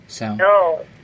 No